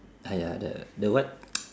!aiya! the the what